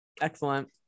Excellent